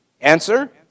Answer